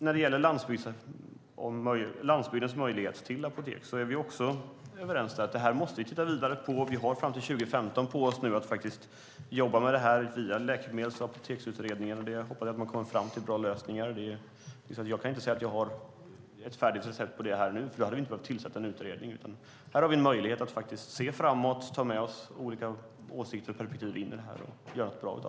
När det gäller landsbygdens möjligheter till apotek är vi dock överens om att vi måste titta vidare på detta. Vi har fram till 2015 att jobba med detta via Läkemedels och apoteksutredningen. Jag hoppas att de kommer fram till bra lösningar. Jag kan inte säga att jag har ett färdigt recept på detta här och nu; då hade vi inte behövt tillsätta en utredning. Här har vi i stället en möjlighet att se framåt, ta med oss olika åsikter och perspektiv in i detta och göra något bra.